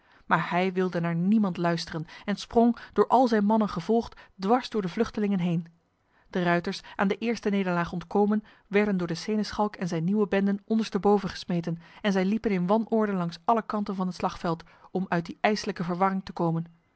maar hij wilde naar niemand luisteren en sprong door al zijn mannen gevolgd dwars door de vluchtelingen heen de ruiters aan de eerste nederlaag ontkomen werden door de seneschalk en zijn nieuwe benden ondersteboven gesmeten en zij liepen in wanorde langs alle kanten van het slagveld om uit die ijslijke verwarring te komen